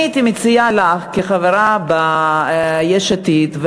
אני הייתי מציעה לך כחברה ביש עתיד,